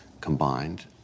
combined